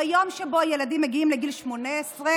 ביום שבו הילדים מגיעים לגיל 18,